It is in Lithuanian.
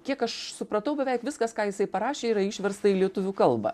kiek aš supratau beveik viskas ką jisai parašė yra išversta į lietuvių kalbą